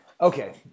Okay